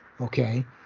Okay